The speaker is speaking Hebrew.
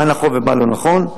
מה נכון ומה לא נכון.